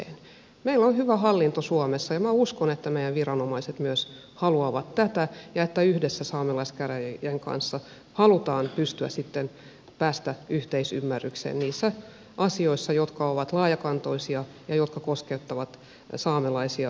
meillä on hyvä hallinto suomessa ja minä uskon että meidän viranomaiset myös haluavat tätä ja että yhdessä saamelaiskäräjien kanssa halutaan pystyä sitten pääsemään yhteisymmärrykseen niissä asioissa jotka ovat laajakantoisia ja jotka koskettavat saamelaisia erityisen paljon